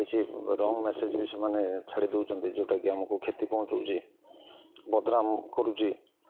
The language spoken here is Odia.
କିଛି ରଙ୍ଗ ମେସେଜ ବି ସେମାନେ ଛାଡ଼ି ଦଉଛନ୍ତି ଯେଉଁଟାକି ଆମକୁ କ୍ଷତି ପହଞ୍ଚଉଛି ବଦନାମ କରୁଛି